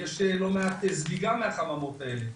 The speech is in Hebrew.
ויש לא מעט זליגה מהחממות האלה.